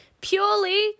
Purely